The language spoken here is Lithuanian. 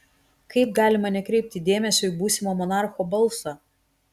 kaip galima nekreipti dėmesio į būsimo monarcho balsą